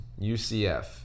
UCF